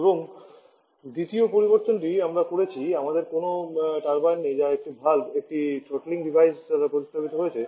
এবং দ্বিতীয় পরিবর্তনটি আমরা করেছি আমাদের কোনও টারবাইন নেই যা একটি ভালভ একটি থ্রোটলিং ডিভাইস দ্বারা প্রতিস্থাপিত হয়েছে